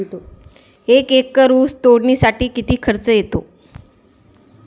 एक एकर ऊस तोडणीसाठी किती खर्च येतो?